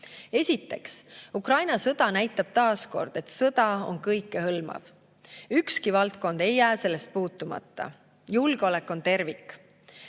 Esiteks, Ukraina sõda näitab taas kord, et sõda on kõikehõlmav. Ükski valdkond ei jää sellest puutumata, julgeolek on tervik.